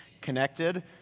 connected